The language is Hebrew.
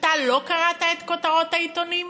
אתה לא קראת את כותרות העיתונים?